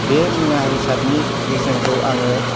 बे मुवा बेसादनि बेसेनखौ आङो